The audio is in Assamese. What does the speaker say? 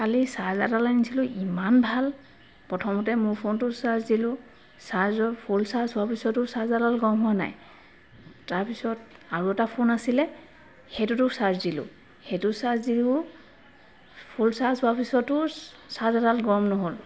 কালি চাৰ্জাৰডাল আনিছিলো ইমান ভাল প্ৰথমতে মোৰ ফোনটো চাৰ্জ দিলো চাৰ্জৰ ফুল চাৰ্জ হোৱাৰ পিছতো চাৰ্জাৰডাল গৰম হোৱা নাই তাৰপিছত আৰু এটা ফোন আছিলে সেইটোতো চাৰ্জ দিলো সেইটো চাৰ্জ দিও ফুল চাৰ্জ হোৱাৰ পিছতো চাৰ্জাৰডাল গৰম নহ'ল